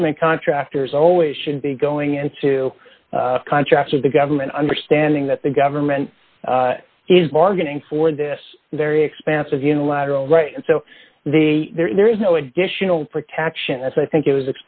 government contractors always should be going into contract with the government understanding that the government is bargaining for this very expansive unilateral right and so the there is no additional protection as i think it was